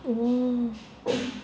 oh